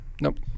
Nope